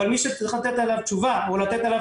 אבל מישהו צריך לתת עליו תשובה או לתת עליו